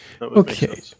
Okay